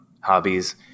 hobbies